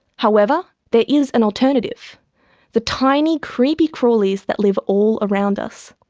however, there is an alternative the tiny creepy-crawlies that live all around us.